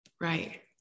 Right